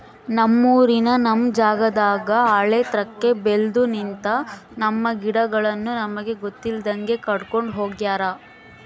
ನಮ್ಮೂರಿನ ನಮ್ ಜಾಗದಾಗ ಆಳೆತ್ರಕ್ಕೆ ಬೆಲ್ದು ನಿಂತ, ನಮ್ಮ ಗಿಡಗಳನ್ನು ನಮಗೆ ಗೊತ್ತಿಲ್ದಂಗೆ ಕಡ್ಕೊಂಡ್ ಹೋಗ್ಯಾರ